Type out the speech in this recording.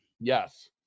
Yes